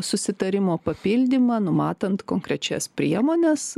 susitarimo papildymą numatant konkrečias priemones